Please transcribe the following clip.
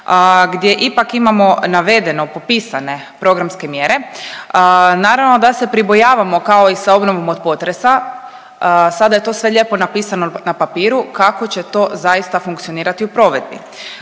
gdje ipak imamo navedeno popisane programske mjere. Naravno da se pribojavamo kao i sa obnovom od potresa, sada je to sve lijepo napisano na papiru kako će to zaista funkcionirati u provedbi,